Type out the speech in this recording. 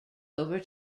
over